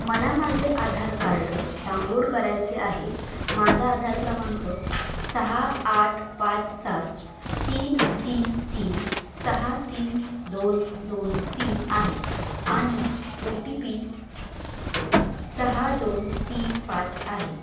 मला माझे Aadhaar card download करायचे आहे माझा आधार क्रमांक सहा आठ पाच सात तीन तीन तीन सहा तीन दोन दोन तीन आहे आणि ओ टी पी सहा दोन तीन पाच आहे